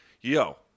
Yo